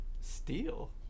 Steel